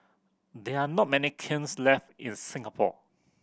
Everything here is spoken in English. there are not many kilns left in Singapore